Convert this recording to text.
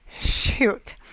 shoot